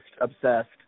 obsessed